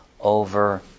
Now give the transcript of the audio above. over